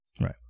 right